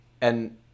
And-